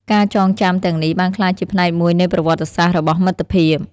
ការចងចាំទាំងនេះបានក្លាយជាផ្នែកមួយនៃប្រវត្តិសាស្ត្ររបស់មិត្តភាព។